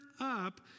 up